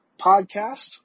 podcast